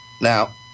Now